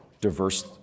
diverse